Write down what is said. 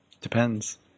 Depends